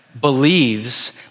believes